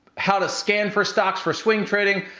how to scan for stocks for swing trading,